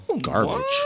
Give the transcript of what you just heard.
garbage